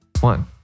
one